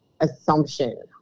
assumption